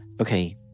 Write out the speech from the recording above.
okay